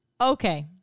Okay